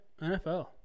NFL